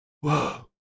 Whoa